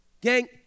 Gang